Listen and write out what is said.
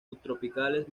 subtropicales